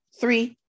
three